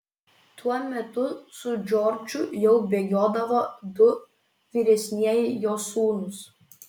tuo metu su džordžu jau bėgiodavo du vyresnieji jo sūnūs